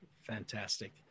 Fantastic